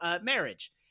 marriage